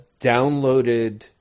downloaded